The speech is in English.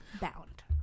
bound